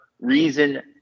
Reason